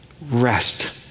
Rest